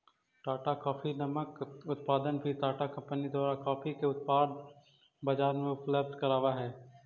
Tata coffee नामक उत्पाद भी टाटा कंपनी द्वारा कॉफी के उत्पाद बजार में उपलब्ध कराब हई